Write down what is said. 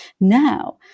now